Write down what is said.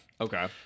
Okay